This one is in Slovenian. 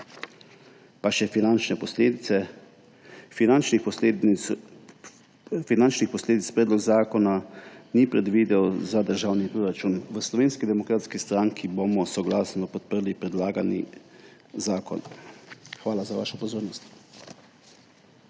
Pa še finančne posledice. Finančnih posledic predlog zakona ni predvidel za državni proračun. V Slovenski demokratski stranki bomo soglasno podprli predlagani zakon. Hvala za vašo pozornost.